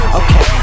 okay